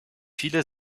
viele